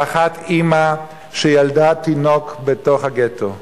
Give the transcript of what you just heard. האחת אמא שילדה תינוק בתוך הגטו,